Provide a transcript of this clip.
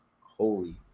holy